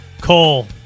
Cole